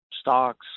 stocks